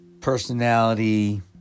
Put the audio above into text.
personality